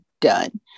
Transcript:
done